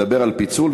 מדבר על פיצול,